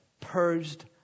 purged